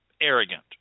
arrogant